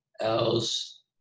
Else